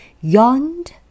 yawned